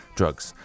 drugs